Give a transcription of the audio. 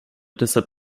deshalb